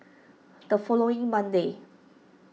the following Monday